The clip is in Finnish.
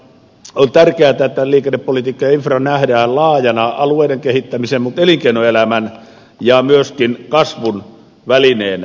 on tärkeätä että liikennepolitiikka ja infra nähdään laajana alueiden kehittämisen mutta myöskin elinkeinoelämän ja kasvun välineenä